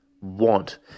want